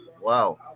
Wow